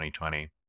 2020